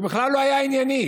הוא בכלל לא היה ענייני.